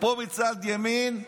פה מצד ימין,